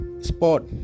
Sport